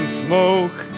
smoke